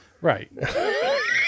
Right